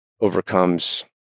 overcomes